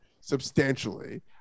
substantially